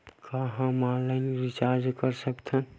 का हम online recharge कर सकत हन?